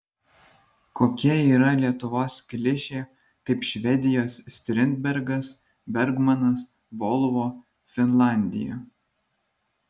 kokia yra lietuvos klišė kaip švedijos strindbergas bergmanas volvo finlandija